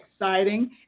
exciting